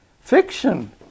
fiction